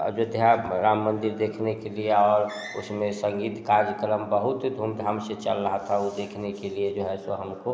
अयोध्या राम मंदिर देखने के लिए और उस में संगीत कार्यक्रम बहुत धूम धाम से चल रहा था वो देखने के लिए जो है सो हम को